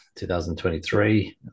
2023